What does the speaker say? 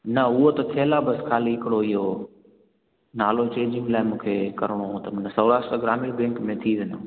न उहो त थियलु आहे बसि खाली हिकिड़ो इहो नालो चेंजिंग लाइ मुखे करिणो हुओ त माना सवास त ग्रामीण बैंक में थी वेंदो